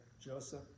Joseph